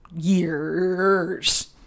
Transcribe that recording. years